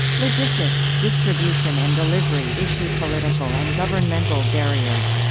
logistics distribution and delivery issuespolitical and governmental barriers